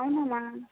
అవునమ్మా